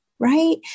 Right